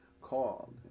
called